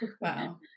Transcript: wow